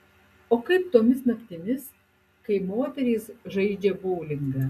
o kaip tomis naktimis kai moterys žaidžia boulingą